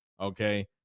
Okay